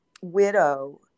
widow